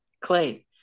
clay